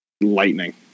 lightning